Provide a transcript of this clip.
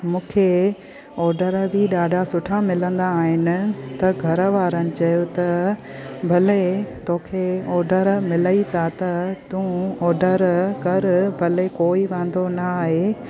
मूंखे ऑडर बि ॾाढा सुठा मिलंदा आहिनि त घर वारनि चयो त भले तोखे ऑडर मिलनि था त तूं ऑडर करि भले कोई वांदो न आहे